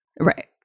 right